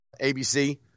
ABC